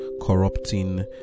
corrupting